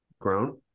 Grown